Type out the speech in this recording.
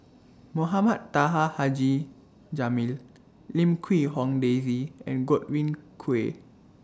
Mohamed Taha Haji Jamil Lim Quee Hong Daisy and Godwin Koay